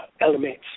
Elements